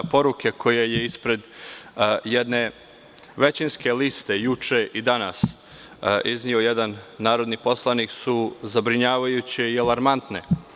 Poruke koje je ispred jedne većinske liste juče i danas izneo jedan narodni poslanik su zabrinjavajuće i alarmantne.